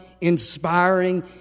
inspiring